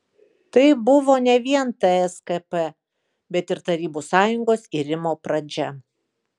tai buvo ne vien tskp bet ir tarybų sąjungos irimo pradžia